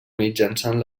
mitjançant